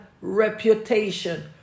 reputation